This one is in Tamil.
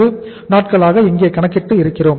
4 நாட்களாக இங்கே கணக்கிட்டு இருக்கிறோம்